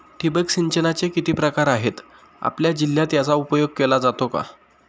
ठिबक सिंचनाचे किती प्रकार आहेत? आपल्या जिल्ह्यात याचा उपयोग केला जातो का?